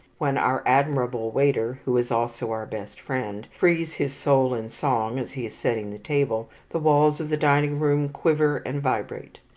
when our admirable waiter who is also our best friend frees his soul in song as he is setting the table, the walls of the dining-room quiver and vibrate.